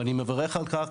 ואני מברך על כך.